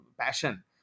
passion